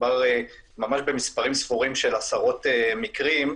מדובר ממש במספרים ספורים של עשרות מקרים,